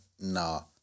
No